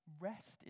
rest